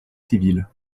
civil